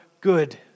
good